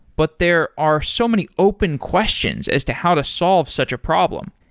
but there are so many open questions as to how to solve such a problem,